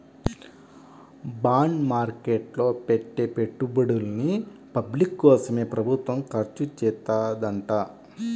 bond market లో పెట్టే పెట్టుబడుల్ని పబ్లిక్ కోసమే ప్రభుత్వం ఖర్చుచేత్తదంట